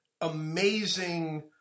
amazing